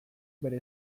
bere